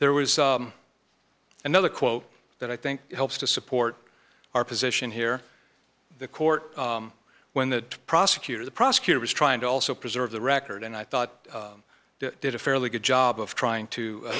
there was another quote that i think helps to support our position here the court when the prosecutor the prosecutor was trying to also preserve the record and i thought did a fairly good job of trying to